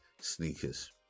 sneakers